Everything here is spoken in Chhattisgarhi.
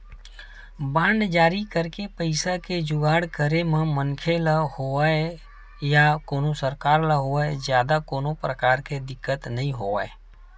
बांड जारी करके पइसा के जुगाड़ करे म मनखे ल होवय या कोनो सरकार ल होवय जादा कोनो परकार के दिक्कत नइ होवय